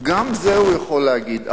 גם את זה הוא יכול להגיד,